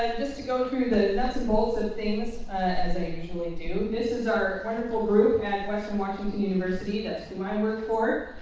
just to go through the nuts and bolts of things as i usually do, this is our wonderful group at western washington university. that's whom i work for.